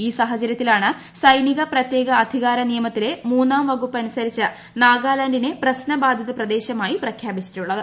ഈ സാഹചരൃത്തിലാണ് സൈനിക പ്രത്യേക അധികാര നിയമത്തിലെ മൂന്നാം വകുപ്പ് അനുസരിച്ച് നാഗാലാന്റിനെ പ്രശ്നബാധിത പ്രദേശമായി പ്രഖ്യാപിച്ചിട്ടുള്ളത്